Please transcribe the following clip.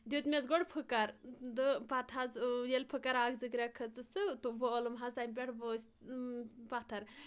دیُتمٮ۪س گۄڈٕ پٕھکَر تہٕ پَتہٕ حظ ییٚلہِ پھٕکَر اَکھ زٕ گرٮ۪ک کھٔژٕس تہٕ وولُم حظ تَمہِ پؠٹھ ؤسۍ پَتھر